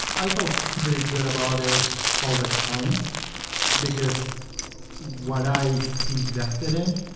i felt pretty good about it all the time because what i invested in,